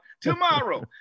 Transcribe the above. tomorrow